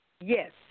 Yes